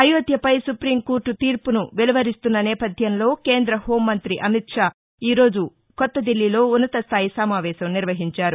అయోధ్యపై supreme court తీర్పును వెలువరిస్తున్న నేపథ్యంలో కేంద్ర హోం మంత్రి అమిత్ షా ఈరోజు కొత్తదిల్లీలో ఉన్నతాస్థాయి సమావేశం నిర్వహించారు